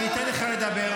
טיבי.